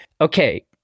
Okay